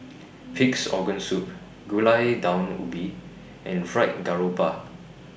Pig'S Organ Soup Gulai Daun Ubi and Fried Garoupa